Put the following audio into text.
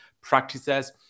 practices